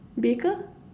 baker